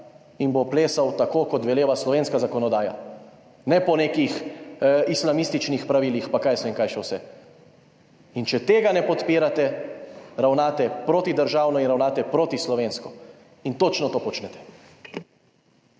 in bo plesal tako kot veleva slovenska zakonodaja, ne po nekih islamističnih pravilih, pa kaj jaz vem kaj še vse. In če tega ne podpirate, ravnate protidržavno in ravnate proti slovensko in točno to počnete.